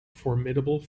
formidable